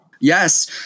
Yes